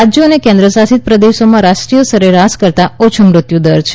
રાજ્યો અને કેન્દ્રશાસિત પ્રદેશોમાં રાષ્ટ્રીય સરેરાશ કરતા ઓછા મૃત્યુદર છે